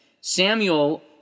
Samuel